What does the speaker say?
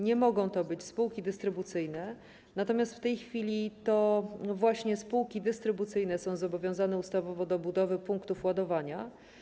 Nie mogą to być spółki dystrybucyjne, natomiast w tej chwili to właśnie spółki dystrybucyjne są zobowiązane ustawowo do budowy punktów ładowania.